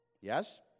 Yes